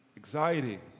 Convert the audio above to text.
Anxiety